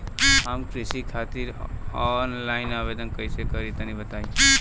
हम कृषि खातिर आनलाइन आवेदन कइसे करि तनि बताई?